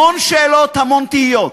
המון שאלות, המון תהיות,